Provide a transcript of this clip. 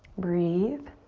breathe